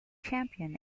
champion